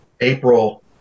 april